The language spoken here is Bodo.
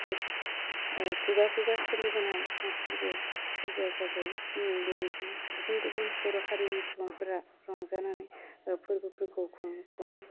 बे खुगा खुगा सोलिबोनाय फोरबोआ फोरबोआ जाबाय बेबायदिनो गुबुन गुबुन बर' हारिनि सुबुंफोरा रंजानानै फोरबोफोरखौ ओह खुं खुङो